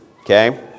okay